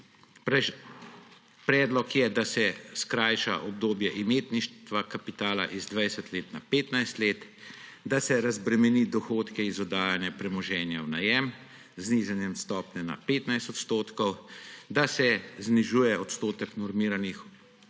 Predlog je, da se skrajša obdobje imetništva kapitala z 20 let na 15 let, da se razbremeni dohodke iz oddajanja premoženja v najem z znižanjem stopnje na 15 odstotkov, da se znižuje odstotek normiranih stroškov,